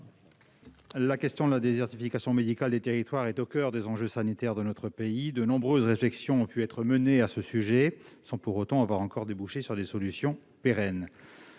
La question de la désertification médicale des territoires est au coeur des enjeux sanitaires de notre pays. De nombreuses réflexions ont été menées à ce sujet, sans pour autant déboucher sur des solutions pérennes.